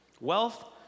Wealth